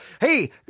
hey